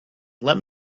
let